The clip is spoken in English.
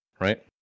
right